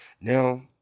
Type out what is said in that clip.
Now